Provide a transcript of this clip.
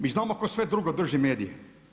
Mi znamo tko sve drugo drži medije.